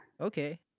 Okay